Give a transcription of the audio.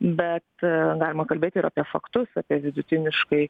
bet galima kalbėti ir apie faktus apie vidutiniškai